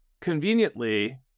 conveniently